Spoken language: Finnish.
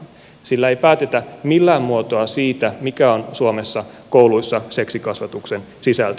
sillä ei päätetä millään muotoa siitä mikä on suomessa kouluissa seksikasvatuksen sisältö